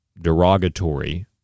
derogatory